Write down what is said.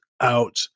out